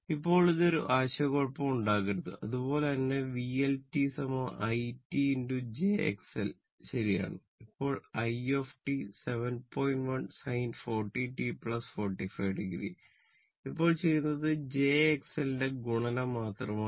ഇപ്പോൾ ചെയ്യുന്നത് j XL ന്റെ ഗുണനം മാത്രമാണ്